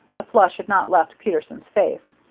the flush had not left peterson's face.